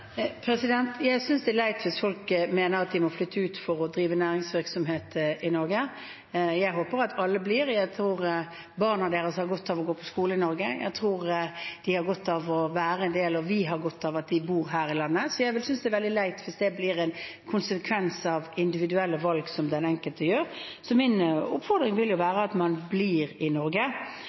Jeg synes det er leit hvis folk mener at de må flytte ut for å drive næringsvirksomhet i Norge. Jeg håper at alle blir. Jeg tror barna deres har godt av å gå på skole i Norge, jeg tror de har godt av å være en del av det, og vi har godt av at de bor her i landet, så jeg vil synes det er veldig leit hvis det blir en konsekvens av individuelle valg den enkelte gjør. Min oppfordring vil være at man blir i Norge,